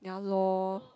ya lor